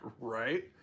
Right